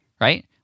right